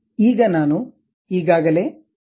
ಈಗ ನಾನು ಈಗಾಗಲೇ 12 ಡಿ ಭಾಗವನ್ನು ನಿರ್ಮಿಸಿದ್ದೇನೆ